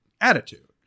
attitude